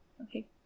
Okay